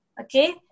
okay